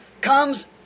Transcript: comes